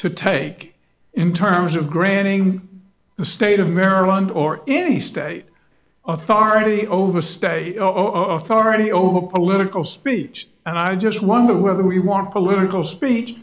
to take in terms of granting the state of maryland or any state authority over state of already over political speech and i just wonder whether we want political speech